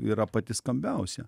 yra pati skambiausia